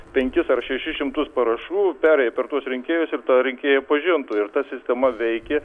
penkis ar šešis šimtus parašų perėjai per tuos rinkėjus ir tą rinkėją pažintų ir ta sistema veikė